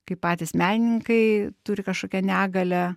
kai patys menininkai turi kažkokią negalią